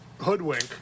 Hoodwink